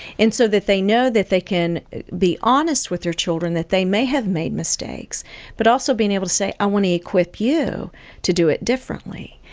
and so that they know that they can be honest with their children that they may have made mistakes but also being able to say, i want to equip you to do it differently.